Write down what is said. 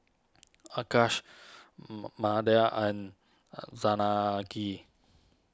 Akshay Amartya and Janaki